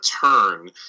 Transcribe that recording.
turn